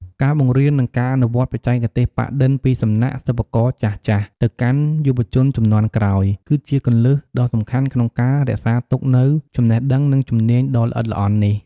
ការបង្រៀន និងការអនុវត្តបច្ចេកទេសប៉ាក់-ឌិន ពីសំណាក់ សិប្បករចាស់ៗ ទៅកាន់ យុវជនជំនាន់ក្រោយ គឺជាគន្លឹះដ៏សំខាន់ក្នុងការរក្សាទុកនូវ ចំណេះដឹង និងជំនាញដ៏ល្អិតល្អន់ នេះ។